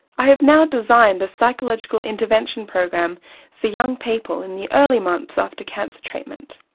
i have now designed a psychological intervention program for young people in the early months after cancer treatment.